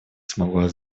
смогла